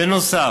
בנוסף,